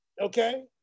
okay